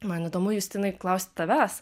man įdomu justinai klaust tavęs